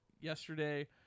yesterday